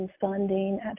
funding